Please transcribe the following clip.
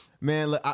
Man